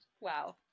Wow